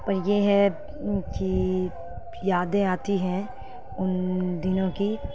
پر یہ ہے کہ یادیں آتی ہیں ان دنوں کی